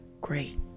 great